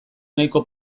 nahiko